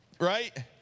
right